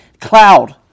Cloud